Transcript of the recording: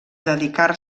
dedicar